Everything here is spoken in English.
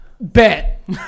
bet